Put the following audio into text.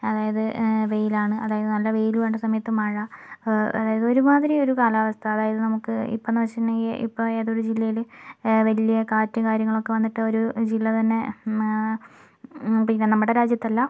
അതായത് വെയിലാണ് അതായത് നല്ല വെയിൽ വേണ്ട സമയത്ത് മഴ അതായത് ഒരുമാതിരി ഒരു കാലാവസ്ഥ അതായത് നമുക്ക് ഇപ്പം എന്നു വച്ചിട്ടുണ്ടെങ്കിൽ ഇപ്പം ഏതൊരു ജില്ലയിൽ വലിയ കാറ്റും കാര്യങ്ങളൊക്കെ വന്നിട്ട് ഒരു ജില്ല തന്നെ പിന്നെ നമ്മുടെ രാജ്യത്തല്ല